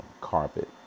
carpet